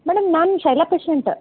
madam ನಾನು Shaila patient